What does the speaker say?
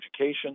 education